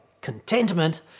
contentment